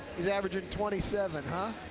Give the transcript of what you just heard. he's averaging twenty seven, huh?